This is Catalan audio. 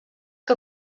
que